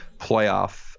playoff